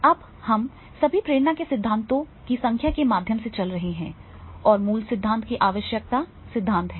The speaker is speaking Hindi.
अब हम सभी प्रेरणा के सिद्धांतों की संख्या के माध्यम से चले गए हैं और मूल सिद्धांत की आवश्यकता सिद्धांत है